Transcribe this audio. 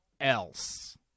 else